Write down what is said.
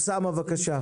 אוסאמה, בבקשה.